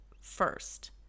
first